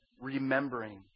remembering